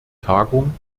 tagung